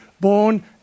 born